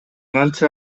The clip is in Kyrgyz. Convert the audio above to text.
канча